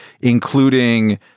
including